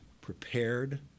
prepared